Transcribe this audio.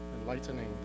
enlightening